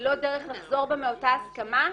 ללא דרך לחזור בה מאותה הסכמה,